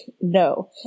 no